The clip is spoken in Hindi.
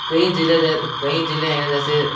कई ज़िले कई ज़िले हैं जैसे